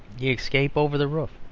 the escape over the roof,